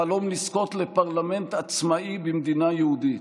החלום לזכות לפרלמנט עצמאי במדינה יהודית,